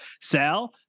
Sal